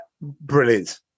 brilliant